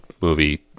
movie